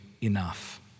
enough